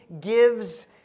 gives